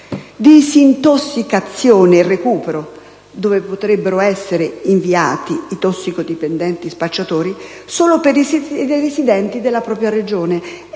disintossicazione e recupero, dove potrebbero essere inviati i tossicodipendenti spacciatori, solo per i residenti della Regione